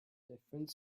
different